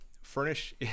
furnish